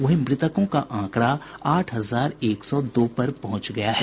वहीं मृतकों का आंकड़ा आठ हजार एक सौ दो पर पहुंच गया है